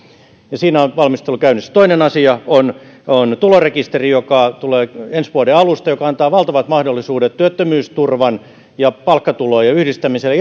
ja siinä on valmistelu käynnissä toinen asia on on tulorekisteri joka tulee ensi vuoden alusta ja joka antaa valtavat mahdollisuudet työttömyysturvan ja palkkatulojen yhdistämiseen